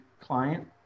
client